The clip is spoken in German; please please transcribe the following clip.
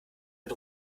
mit